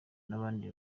n’abandi